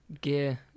gear